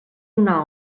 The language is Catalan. una